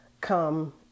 come